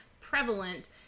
prevalent